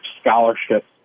scholarships